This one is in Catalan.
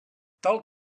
tal